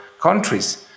countries